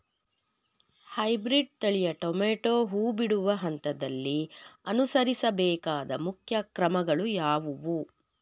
Hybrid ತಳಿಯ tomato ಹೂ ಬಿಡುವ ಹಂತದಲ್ಲಿ ಅನುಸರಿಸಬೇಕಾದ ಮುಖ್ಯ ಕ್ರಮಗಳು ಯಾವುವು?